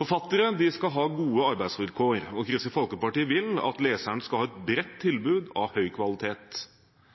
Forfattere skal ha gode arbeidsvilkår, og Kristelig Folkeparti vil at leserne skal ha et bredt tilbud av høy kvalitet. Jeg mener at bokloven ikke var godt nok egnet for å få til